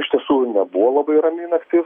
iš tiesų nebuvo labai rami naktis